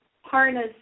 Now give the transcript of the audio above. harness